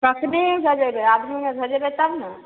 कखनी भेजेबै आदमी आर भेजेबै तब ने